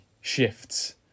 shifts